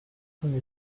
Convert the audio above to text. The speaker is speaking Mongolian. хүн